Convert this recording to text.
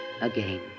again